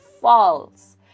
false